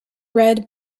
red